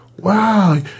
Wow